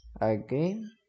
Again